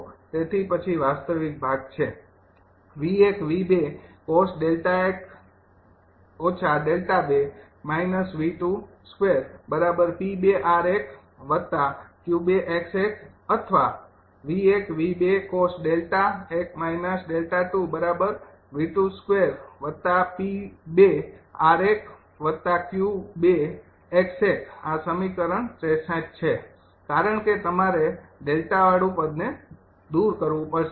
તેથી પછી વાસ્તવિક ભાગ છે અથવા આ સમીકરણ ૬૩ છે કારણ કે તમારે ડેલ્ટાવાળું પદને દૂર કરવું પડશે